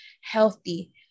healthy